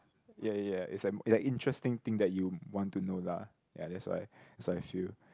ya ya it's like it's like interesting thing that you want to know lah ya that's why that's what I feel